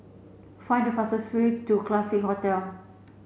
find the fastest way to Classique Hotel